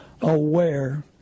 aware